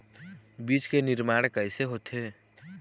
बीज के निर्माण कैसे होथे?